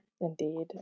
indeed